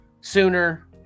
sooner